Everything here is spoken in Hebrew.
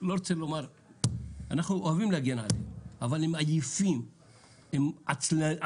אנחנו אוהבים להגן עליהם אבל הם עייפים, הם עצלים.